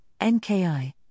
NKI